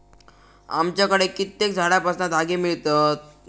आमच्याकडे कित्येक झाडांपासना धागे मिळतत